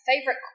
favorite